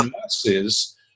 masses